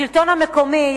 השלטון המקומי,